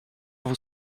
vous